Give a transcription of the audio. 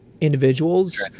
individuals